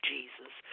Jesus